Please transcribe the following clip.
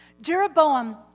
Jeroboam